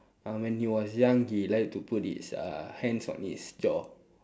uh when he was young he like to put his uh hands on his jaw